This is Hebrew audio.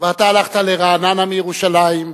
ואתה הלכת לרעננה מירושלים,